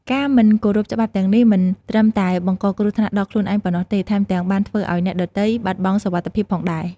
ការមិនគោរពច្បាប់ទាំងនេះមិនត្រឹមតែបង្កគ្រោះថ្នាក់ដល់ខ្លួនឯងប៉ុណ្ណោះទេ ថែមទាំងបានធ្វើឱ្យអ្នកដ៏ទៃបាត់បង់សុវត្ថិភាពផងដែរ។